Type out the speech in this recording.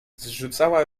zrzucała